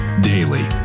Daily